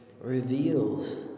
reveals